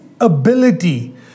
ability